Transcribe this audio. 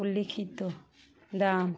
উল্লিখিত দাম